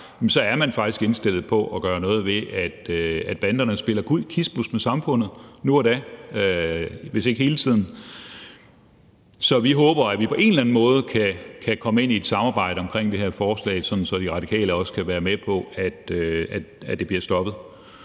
så er man faktisk indstillet på at gøre noget ved, at banderne spiller kispus med samfundet nu og da, hvis ikke hele tiden. Så vi håber, at vi på en eller anden måde kan komme ind i et samarbejde omkring det her forslag, sådan at De Radikale også kan være med på, at det her bliver stoppet.